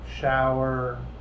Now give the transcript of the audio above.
shower